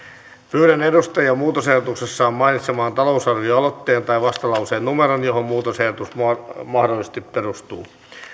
pyydän edustajia muutosehdotuksessaan mainitsemaan talousarvioaloitteen tai vastalauseen numeron johon muutosehdotus mahdollisesti perustuu